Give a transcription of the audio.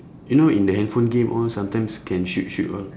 you know in the handphone game all sometimes can shoot shoot all